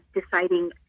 deciding